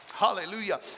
Hallelujah